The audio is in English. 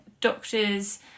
doctors